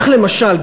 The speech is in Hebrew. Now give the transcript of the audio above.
למשל,